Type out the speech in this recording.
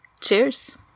Cheers